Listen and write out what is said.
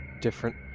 different